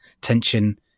tension